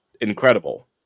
incredible